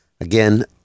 Again